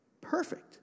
perfect